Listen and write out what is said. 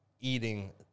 eating